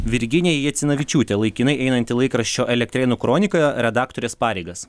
virginija jacinavičiūtė laikinai einanti laikraščio elektrėnų kronika redaktorės pareigas